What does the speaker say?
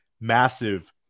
massive